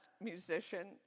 musician